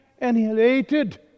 annihilated